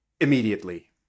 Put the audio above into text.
immediately